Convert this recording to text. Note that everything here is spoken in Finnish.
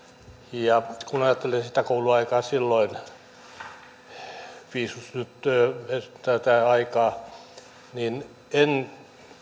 ja kun ajattelen sitä kouluaikaa silloin versus nyt tätä aikaa niin en